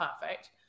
perfect